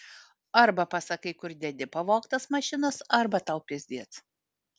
arba pasakai kur dedi pavogtas mašinas arba tau pizdiec